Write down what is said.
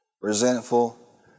resentful